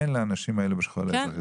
אין לאנשים האלה שנמצאים בשכול האזרחי.